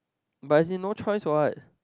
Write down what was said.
but is in no choice what